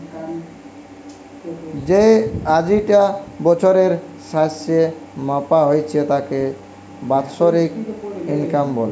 যেই আয়ি টা বছরের স্যাসে মাপা হতিছে তাকে বাৎসরিক ইনকাম বলে